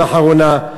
לאחרונה,